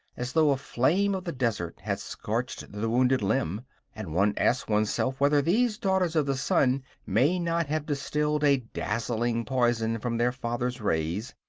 as though a flame of the desert had scorched the wounded limb and one asks oneself whether these daughters of the sun may not have distilled a dazzling poison from their father's rays,